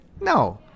No